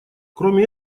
кроме